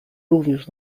również